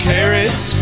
Carrots